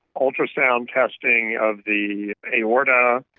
ultrasound testing of the aorta.